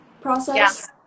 process